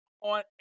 on